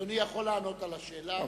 אדוני יכול לענות על השאלה,